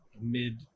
mid